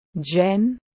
jen